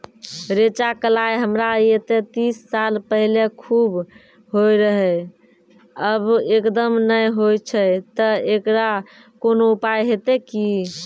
रेचा, कलाय हमरा येते तीस साल पहले खूब होय रहें, अब एकदम नैय होय छैय तऽ एकरऽ कोनो उपाय हेते कि?